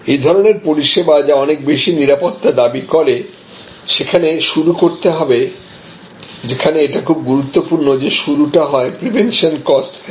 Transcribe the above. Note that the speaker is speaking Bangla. এই ধরনের পরিষেবা যা অনেক বেশি নিরাপত্তা দাবি করে সেখানে শুরু করতে হবে সেখানে এটা খুব গুরুত্বপূর্ণ যে শুরুটা হয় প্রিভেনশন কস্ট থেকে